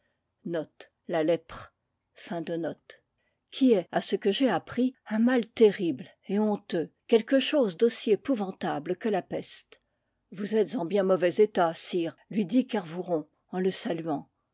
qui est à ce que j'ai appris un mal terrible et honteux quelque chose d'aussi épouvantable que la peste vous êtes en bien mauvais état sire lui dit kervouron en le saluant